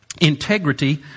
integrity